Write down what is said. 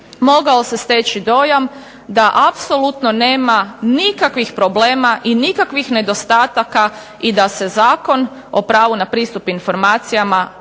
mogao se steći dojam da apsolutno nema nikakvih problema i nikakvih nedostataka i da se Zakon o pravu na pristup informacijama